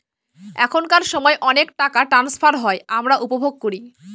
এখনকার সময় অনেক টাকা ট্রান্সফার হয় আমরা উপভোগ করি